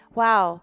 wow